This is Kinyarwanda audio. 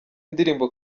ndirimbo